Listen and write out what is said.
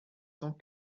cent